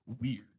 weird